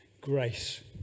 grace